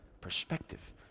perspective